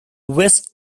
west